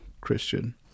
Christian